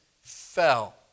fell